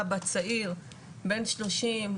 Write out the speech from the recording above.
אבא צעיר בן 30,